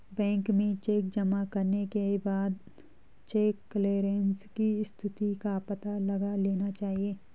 bank में cheque जमा करने के बाद चेक क्लेअरन्स की स्थिति का पता लगा लेना चाहिए